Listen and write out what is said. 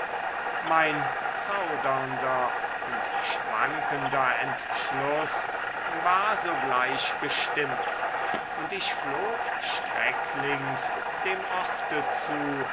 mein zaudernder und schwankender entschluß war sogleich bestimmt und ich flog sträcklings dem orte zu